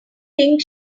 think